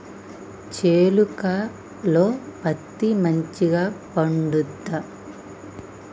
చేలుక లో పత్తి మంచిగా పండుద్దా?